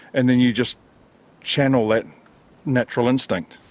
and then you just channel that natural instinct.